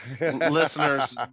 listeners